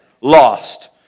lost